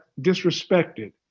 disrespected